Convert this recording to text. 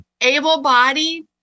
able-bodied